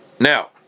Now